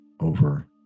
over